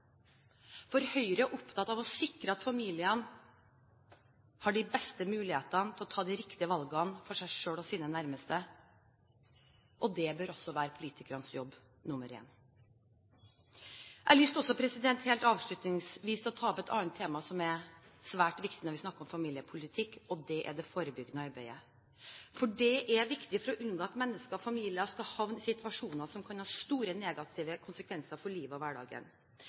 for Høyre er opptatt av å sikre at familiene har de beste mulighetene til å ta de riktige valgene for seg selv og sine nærmeste. Det bør også være politikernes jobb nummer én. Jeg har avslutningsvis lyst til å ta opp et annet tema som er svært viktig når vi snakker om familiepolitikk, og det er det forebyggende arbeidet. Det er viktig for å unngå at mennesker og familier skal havne i situasjoner som kan ha store negative konsekvenser for livet og hverdagen.